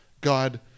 God